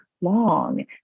long